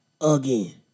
again